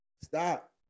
Stop